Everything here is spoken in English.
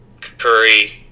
Curry